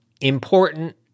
important